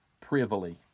privily